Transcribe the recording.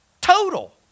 Total